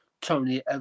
Tony